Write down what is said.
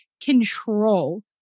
control